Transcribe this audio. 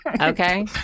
Okay